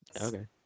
Okay